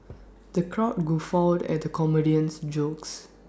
the crowd guffawed at the comedian's jokes